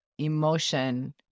emotion